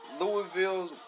Louisville